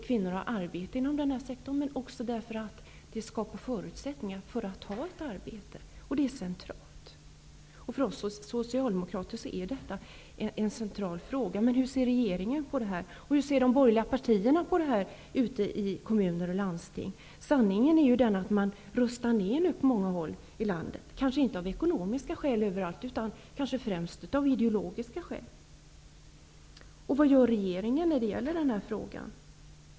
Kvinnor har arbete inom denna sektor, samtidigt som den skapar förutsättningar för att kunna ta ett arbete, vilket är centralt. För oss socialdemokrater är detta en avgörande fråga, men hur ser regeringen på detta? Hur ser de borgerliga partierna på detta ute i kommuner och landsting? Sanningen är ju att man på många håll i landet nu rustar ner, kanske inte av ekonomiska skäl utan kanske främst av ideologiska skäl. Vad gör regeringen i den här frågan?